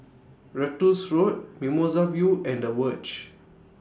Ratus Road Mimosa View and The Verge